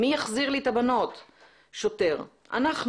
מי יחזיר לי את הבנות?" שוטר: "אנחנו.